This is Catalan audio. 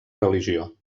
religió